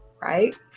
right